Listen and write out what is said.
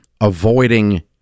avoiding